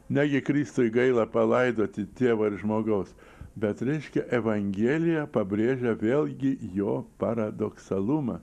negi kristui gaila palaidoti tėvą ir žmogaus bet reiškia evangelija pabrėžia vėlgi jo paradoksalumą